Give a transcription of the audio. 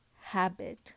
habit